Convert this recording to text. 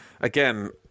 again